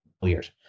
years